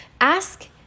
Ask